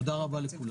תודה רבה לכולם.